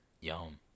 Yum